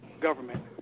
government